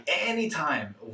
anytime